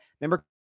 Remember